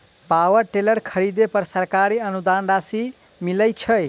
Power tiller खरीदे पर सरकारी अनुदान राशि मिलय छैय?